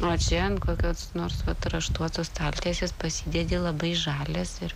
o čia ant kokios nors vat raštuotos staltiesės pasidėdi labai žalias ir